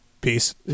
Peace